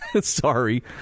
Sorry